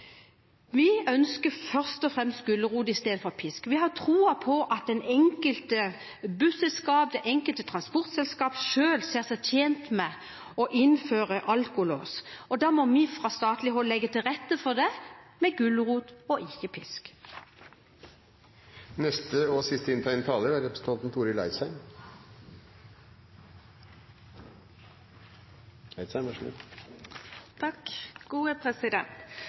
vi ønsker først og fremst gulrot i stedet for pisk. Vi har tro på at det enkelte busselskap, det enkelte transportselskap, selv ser seg tjent med å innføre alkolås. Da må vi fra statlig hold legge til rette for det – med gulrot og ikke pisk. Som saksordførar vil eg først få lov til å minne om at det er